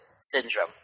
syndrome